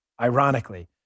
ironically